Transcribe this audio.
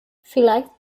vielleicht